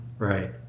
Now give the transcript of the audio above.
Right